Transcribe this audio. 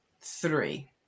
three